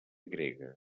grega